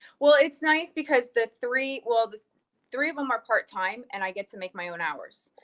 well, it's nice because the three, well, the three of them are part time, and i get to make my own hours.